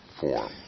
form